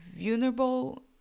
vulnerable